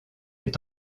est